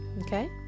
Okay